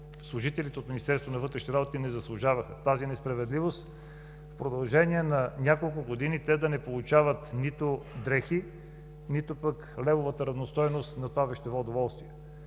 служителите от Министерство на вътрешните работи не заслужаваха, тази несправедливост, в продължение на няколко години те да не получават нито дрехи, нито пък левовата равностойност на това вещево удоволствие.